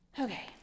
Okay